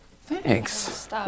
Thanks